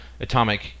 atomic